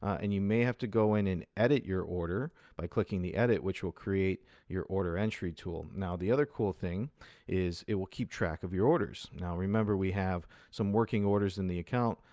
and you may have to go in and edit your order by clicking the edit, which will create your order entry tool. now, the other cool thing is it will keep track of your orders. now, remember, we have some working orders in the account.